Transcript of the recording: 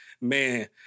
Man